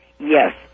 Yes